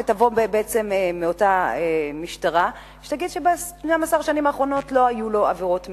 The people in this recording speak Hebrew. שתבוא מהמשטרה ותגיד שב-12 השנים האחרונות לא היו לו עבירות מין.